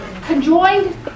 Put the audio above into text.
conjoined